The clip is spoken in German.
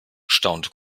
staunte